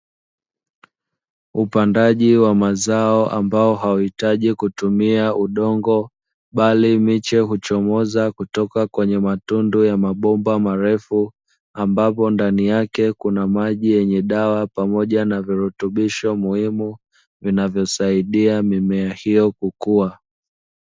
Upandaji wa mazao ambao hauitaji kutumia udongo, bali miche huchomoza kutoka kwenye matundu ya mabomba marefu, ambapo ndani yake kuna maji yenye dawa pamoja na virutubisho muhimu vinavyosaidia mimea hiyo kukua.